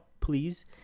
please